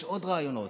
יש עוד רעיונות,